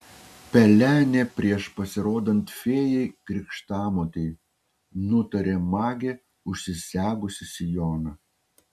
pelenė prieš pasirodant fėjai krikštamotei nutarė magė užsisegusi sijoną